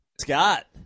Scott